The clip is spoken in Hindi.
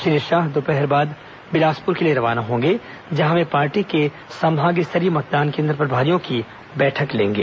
श्री शाह दोपहर बाद बिलासपुर के लिए रवाना होंगे जहां वे पार्टी के संभाग स्तरीय मतदान केन्द्र प्रभारियों की बैठक लेंगे